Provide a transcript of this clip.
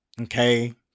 Okay